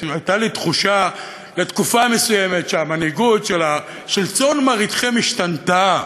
הייתה לי תחושה לתקופה מסוימת שהמנהיגות של צאן מרעיתכם השתנתה.